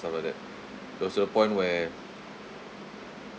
stuff like that it was to a point where